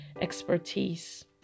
expertise